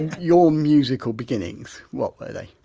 your musical beginnings, what were they?